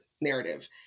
narrative